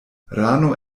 rano